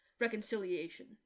reconciliation